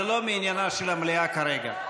זה לא מעניינה של המליאה כרגע.